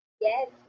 Yes